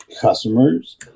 customers